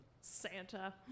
Santa